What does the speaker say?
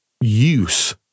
use